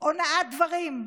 אונאת דברים.